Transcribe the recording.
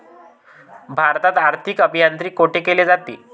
भारतात आर्थिक अभियांत्रिकी कोठे केले जाते?